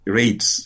rates